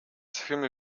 цахим